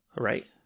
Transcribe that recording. Right